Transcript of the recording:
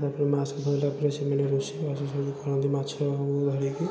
ତା'ପରେ ମାଛ ଧରିଲା ପରେ ସେମାନେ ରୋଷେଇବାସ ସବୁ କରନ୍ତି ମାଛକୁ ଧରିକି